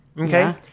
Okay